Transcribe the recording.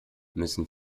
müssen